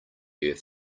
earth